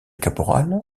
caporal